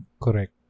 Correct